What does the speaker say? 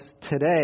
today